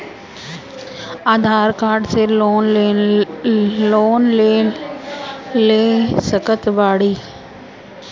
आधार card से loan ले सकत बणी?